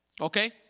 Okay